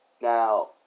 Now